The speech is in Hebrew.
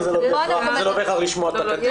התסקיר זה לא בהכרח לשמוע את הקטין,